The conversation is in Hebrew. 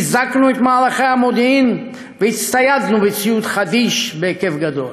חיזקנו את מערכי המודיעין והצטיידנו בציוד חדיש בהיקף גדול.